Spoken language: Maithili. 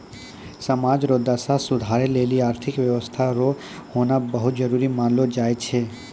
समाज रो दशा सुधारै लेली आर्थिक व्यवस्था रो होना बहुत जरूरी मानलौ जाय छै